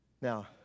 now